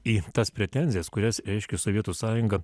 į tas pretenzijas kurias reiškia sovietų sąjunga